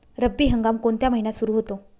रब्बी हंगाम कोणत्या महिन्यात सुरु होतो?